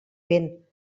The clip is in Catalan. vent